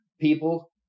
People